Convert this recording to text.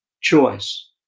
choice